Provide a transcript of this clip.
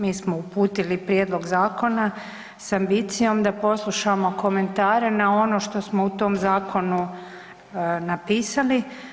Mi smo uputili prijedlog zakona sa ambicijom da poslušamo komentare na ono što smo u tom zakonu napisali.